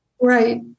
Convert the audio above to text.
Right